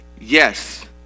yes